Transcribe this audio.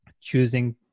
choosing